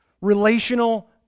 relational